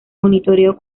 monitoreo